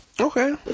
Okay